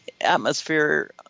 atmosphere